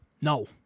No